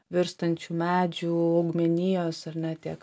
virstančių medžių augmenijos ar ne tiek